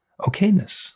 okayness